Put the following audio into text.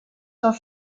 sont